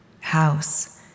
house